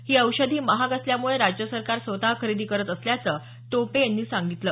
ही औषधी महाग असल्यामुळे राज्य सरकार स्वतः खरेदी करत असल्याचं टोपे म्हणाले